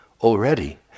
already